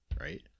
right